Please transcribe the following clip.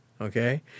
Okay